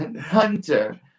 Hunter